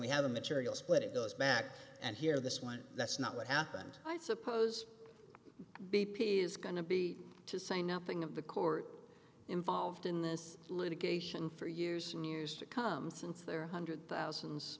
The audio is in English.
a material split it goes back and hear this one that's not what happened i suppose b p is going to be to say nothing of the court involved in this litigation for years and years to come since there are hundreds thousands